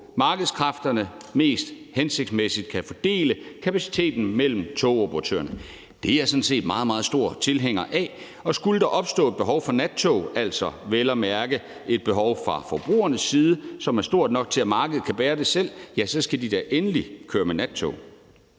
at markedskræfterne mest hensigtsmæssigt kan fordele kapaciteten mellem togoperatørerne. Det er jeg sådan set meget, meget stor tilhænger af. Og skulle der opstå et behov for nattog, altså vel at mærke et behov fra forbrugernes side, som er stort nok til, at markedet kan bære det selv, så skal de da endelig køre med nattog.